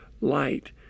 light